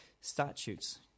Statutes